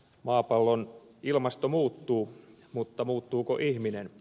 maapallon ilmasto muuttuu mutta muuttuuko ihminen